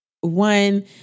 one